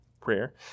prayer